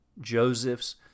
Joseph's